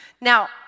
Now